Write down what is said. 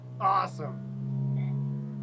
Awesome